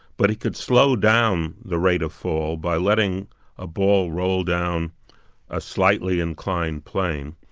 but he could slow down the rate of fall by letting a ball roll down a slightly inclined plane,